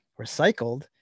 recycled